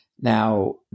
Now